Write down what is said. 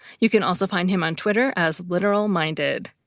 you can also find him on twitter as literalminded.